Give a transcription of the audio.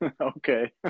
Okay